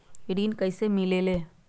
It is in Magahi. ऋण कईसे मिलल ले?